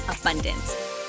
abundance